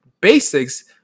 basics